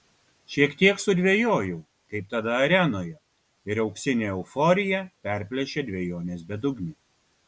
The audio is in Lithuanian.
šiek tiek sudvejojau kaip tada arenoje ir auksinę euforiją perplėšė dvejonės bedugnė